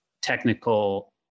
technical